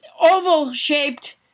oval-shaped